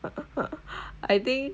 I think